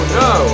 no